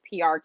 PR